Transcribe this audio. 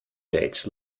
dates